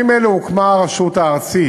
בימים אלה הוקמה הרשות הארצית.